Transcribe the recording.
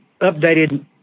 updated